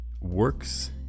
works